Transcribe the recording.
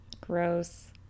Gross